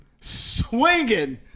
swinging